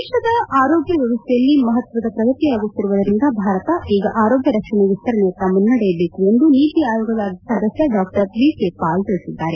ದೇಶದ ಆರೋಗ್ಯ ವ್ಯವಸ್ಥೆಯಲ್ಲಿ ಮಹತ್ವದ ಪ್ರಗತಿಯಾಗುತ್ತಿರುವುದರಿಂದ ಭಾರತ ಈಗ ಆರೋಗ್ಯ ರಕ್ಷಣೆ ವಿಸ್ತರಣೆಯತ್ತ ಮುನ್ನಡೆಯಬೇಕು ಎಂದು ನೀತಿ ಆಯೋಗ ಸದಸ್ಯ ಡಾ ವಿ ಕೆ ಪಾಲ್ ತಿಳಿಸಿದ್ದಾರೆ